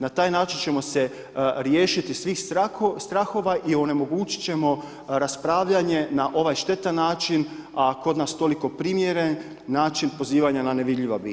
Na taj način ćemo se riješiti svih (srahova) strahova i onemogućit ćemo raspravljanje na ovaj štetan način a kod nas toliko primjeren način pozivanja na nevidljiva bića.